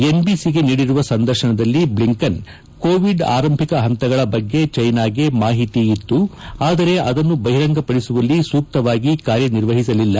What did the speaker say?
ಎನ್ಬಿಸಿಗೆ ನೀಡಿರುವ ಸಂದರ್ಶನದಲ್ಲಿ Blinken Covid ಆರಂಭಿಕ ಪಂತಗಳ ಬಗ್ಗೆ ಚೀನಾಗೆ ಮಾಹಿತಿ ಇತ್ತು ಆದರೆ ಅದನ್ನು ಬಹಿರಂಗ ಪಡಿಸುವಲ್ಲಿ ಸೂಕ್ತವಾಗಿ ಕಾರ್ಯನಿರ್ವಹಿಸಲಿಲ್ಲ